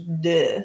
duh